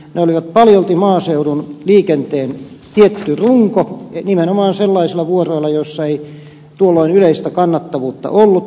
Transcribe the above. ne olivat paljolti maaseudun liikenteen tietty runko nimenomaan sellaisilla vuoroilla joilla ei tuolloin yleistä kannattavuutta ollut